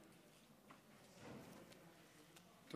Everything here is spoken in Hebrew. אדוני.